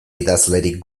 idazlerik